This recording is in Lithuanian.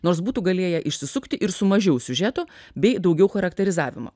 nors būtų galėję išsisukti ir su mažiau siužeto bei daugiau charakterizavimo